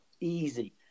Easy